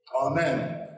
Amen